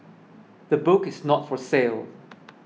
the book is not for sale